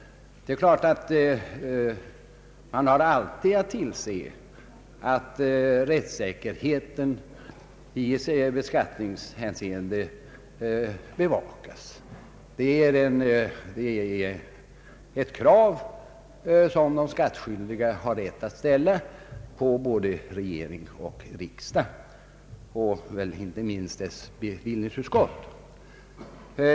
Man har givetvis alltid att tillse att rättssäkerheten i beskattningshänseende bevakas. Det är ett krav som de skattskyldiga har rätt att ställa på både regering och riksdag, inte minst på dess bevillningsutskott.